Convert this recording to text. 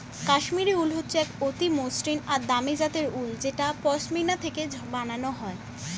কাশ্মীরি উল হচ্ছে এক অতি মসৃন আর দামি জাতের উল যেটা পশমিনা থেকে বানানো হয়